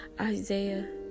Isaiah